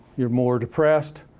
you're more depressed,